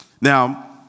Now